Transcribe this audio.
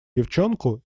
девчонку